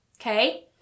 okay